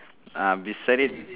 um beside it